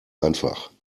einfach